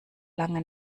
lange